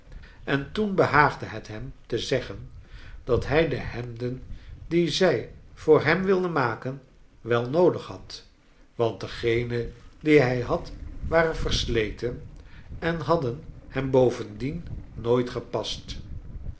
en toen behaagde het hem to zeggen dat hij de hemden die zij voor hem wilde maken wel noodig had want degene die hij had waren versleten en hadden hem bovendien nooit gepast